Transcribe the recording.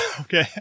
Okay